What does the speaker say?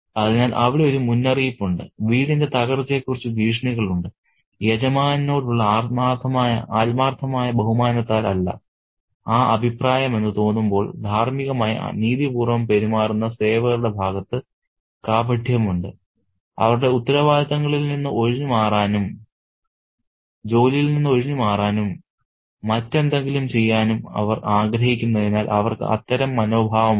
അതിനാൽ അവിടെ ഒരു മുന്നറിയിപ്പ് ഉണ്ട് വീടിന്റെ തകർച്ചയെക്കുറിച്ച് ഭീഷണികളുണ്ട് യജമാനനോടുള്ള ആത്മാർത്ഥമായ ബഹുമാനത്താൽ അല്ല ആ അഭിപ്രായമെന്ന് തോന്നുമ്പോൾ ധാർമ്മികമായി നീതിപൂർവ്വം പെരുമാറുന്ന സേവകരുടെ ഭാഗത്ത് കാപട്യമുണ്ട് അവരുടെ ഉത്തരവാദിത്തങ്ങളിൽ നിന്ന് ഒഴിഞ്ഞുമാറാനും ജോലിയിൽ നിന്ന് ഒഴിഞ്ഞുമാറാനും മറ്റെന്തെങ്കിലും ചെയ്യാനും അവർ ആഗ്രഹിക്കുന്നതിനാൽ അവർക്ക് അത്തരം മനോഭാവമുണ്ട്